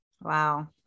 Wow